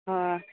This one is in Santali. ᱦᱚᱸ